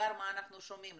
העיקר מה אנחנו שומעים,